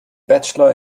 bachelor